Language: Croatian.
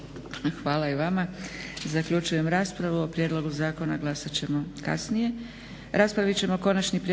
Hvala i vama. Zaključujem raspravu. O prijedlogu zakona glasat ćemo kasnije.